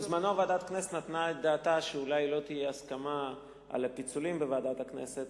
ועדת הכנסת נתנה את דעתה שאולי לא תהיה הסכמה על הפיצולים בוועדת הכנסת,